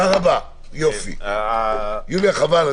יוליה, חבל.